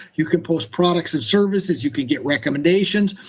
you can post products and services, you can get recommendations,